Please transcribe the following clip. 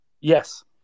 Yes